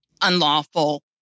unlawful